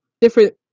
different